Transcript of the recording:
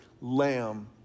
lamb